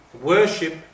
worship